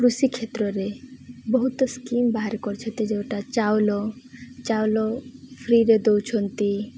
କୃଷି କ୍ଷେତ୍ରରେ ବହୁତ ସ୍କିମ ବାହାର କରିଛନ୍ତି ଯେଉଁଟା ଚାଉଲ ଚାଉଲ ଫ୍ରିରେ ଦଉଛନ୍ତି